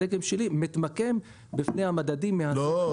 איפה הדגם שלו מתמקם בפני המדדים --- לא,